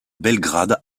belgrade